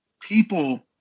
people